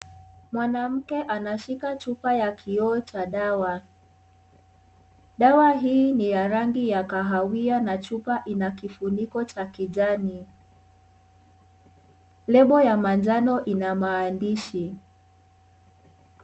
Mwanamke anashika chupa ya kioo cha dawa. Dawa hii ni ya rangi ya kahawia na chupa ina kifuniko cha kijani. Lebo ya manjano ina maandishi.